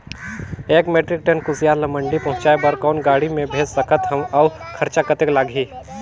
एक metric ton कुसियार ल मंडी पहुंचाय बर कौन गाड़ी मे भेज सकत हव अउ खरचा कतेक लगही?